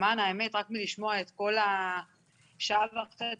למען האמת רק מלשמוע את כל השעה וחצי